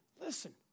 listen